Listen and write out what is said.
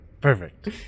Perfect